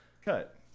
Cut